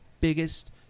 biggest